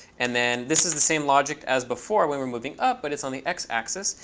and then this is the same logic as before when we're moving up, but it's on the x-axis.